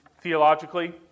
theologically